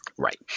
Right